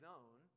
own